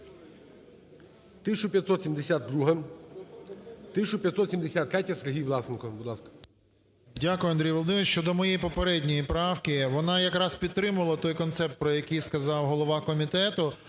1572-а. 1573-я. Сергій Власенко, будь ласка.